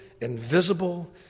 invisible